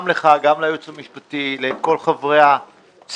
אדוני, גם לך וגם ליועץ המשפטי, לכל חברי הצוות.